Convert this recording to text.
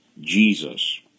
Jesus